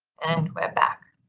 and we're back.